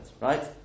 right